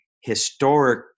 historic